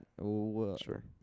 sure